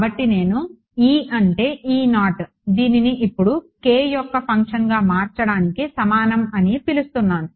కాబట్టి నేను E అంటే దీనిని ఇప్పుడు k యొక్క ఫంక్షన్గా మార్చడానికి సమానం అని పిలుస్తాను